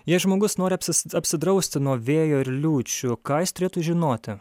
jei žmogus nori apsis apsidrausti nuo vėjo ir liūčių ką jis turėtų žinoti